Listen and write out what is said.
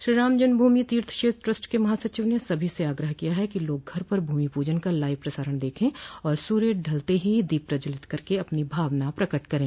Shri Ram Janmabhoomi Teerth Kshetra trust के महासचिव ने सभी से आग्रह किया कि लोग घर पर भूमि पूजन का लाइव प्रसारण को देखें और सूर्य ढलते ही दीप प्रज्वलित करके अपनी भावना प्रकट करें